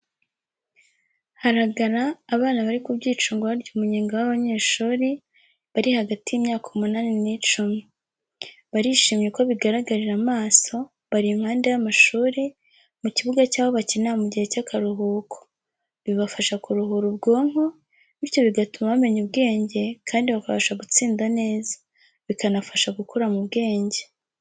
Haragara abana bari ku byicungo barya umunyenga b'abanyeshuri bari hagati y'imyaka umunani n'icumi, barishimye uko bigaragarira amaso bari impande y'amashuri, mu kibuga cyaho bakinira mu gihe cyakaruhuko bibafasha kuruhura Ubwonko, bityo bigatuma bamenya ubwenge bakabasha gutsinda neza, bikanafasha gukura mu bwenge.